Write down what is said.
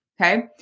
okay